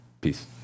Peace